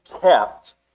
kept